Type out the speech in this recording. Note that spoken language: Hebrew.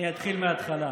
אני אתחיל מהתחלה,